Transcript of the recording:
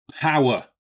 Power